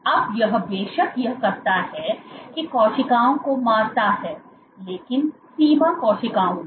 अब यह बेशक यह करता है की कोशिकाओं को मारता है लेकिन सीमा कोशिकाओं को